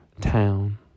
town